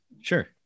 Sure